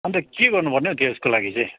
अन्त के गर्नुपर्ने हो त्यसको लागि चाहिँ